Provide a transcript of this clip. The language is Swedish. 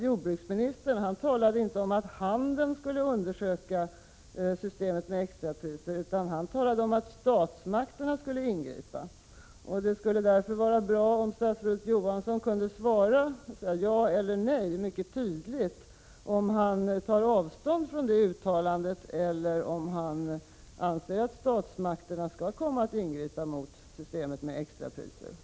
Jordbruksministern talade inte om att handeln skulle undersöka systemet med extrapriser, utan han talade om att statsmakterna skulle ingripa. Det skulle därför vara bra om statsrådet Johansson kunde svara tydligt ja eller nej om han tar avstånd det uttalandet eller om han anser att statsmakterna skall ingripa mot systemet med extrapriser.